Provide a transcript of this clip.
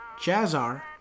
Jazzar